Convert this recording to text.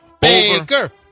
Baker